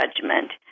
judgment